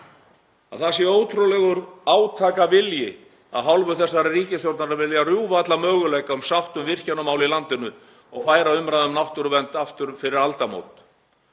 að það sé ótrúlegur átakavilji af hálfu þessarar ríkisstjórnar að vilja rjúfa alla möguleika um sátt um virkjunarmál í landinu og færa umræðu um náttúruvernd aftur fyrir aldamót,